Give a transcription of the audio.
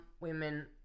women